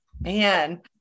Man